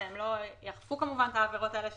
לכן הם לא יתייחסו לעבירות האלו.